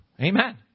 Amen